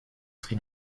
sri